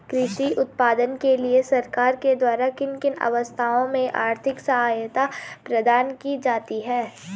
कृषि उत्पादन के लिए सरकार के द्वारा किन किन अवस्थाओं में आर्थिक सहायता प्रदान की जाती है?